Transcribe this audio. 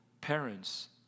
parents